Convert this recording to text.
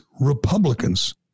Republicans